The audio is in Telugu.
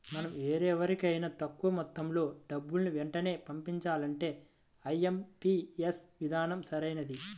మనం వేరెవరికైనా తక్కువ మొత్తంలో డబ్బుని వెంటనే పంపించాలంటే ఐ.ఎం.పీ.యస్ విధానం సరైనది